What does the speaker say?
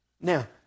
Now